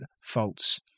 faults